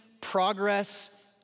progress